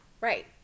Right